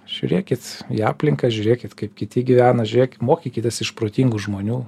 žiūrėkit į aplinką žiūrėkit kaip kiti gyvena žiūrėk mokykitės iš protingų žmonių